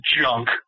junk